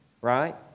right